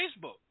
Facebook